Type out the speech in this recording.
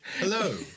Hello